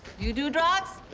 you do drugs?